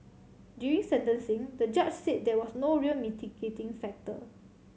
during sentencing the judge said there was no real mitigating factor